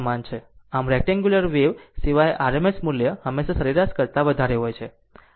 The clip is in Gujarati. આમ રેક્ટેન્ગુંલર વેવ સિવાય RMS મૂલ્ય હંમેશા સરેરાશ કરતા વધારે હોય છે